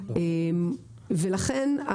ולכן,